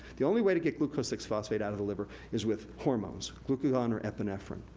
the only way to get glucose six phosphate out of the liver is with hormones. glucagon or epinephrine,